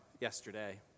yesterday